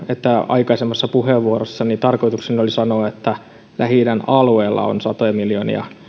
aikaisemmassa puheenvuorossani tarkoitukseni oli sanoa että lähi idän alueella on satoja miljoonia